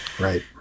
Right